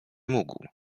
mógł